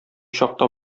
чакта